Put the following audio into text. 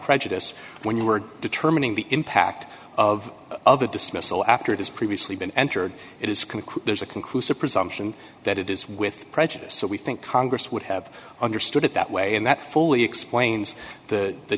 prejudice when you are determining the impact of of a dismissal after it has previously been entered it is there's a conclusive presumption that it is with prejudice so we think congress would have understood it that way and that fully explains the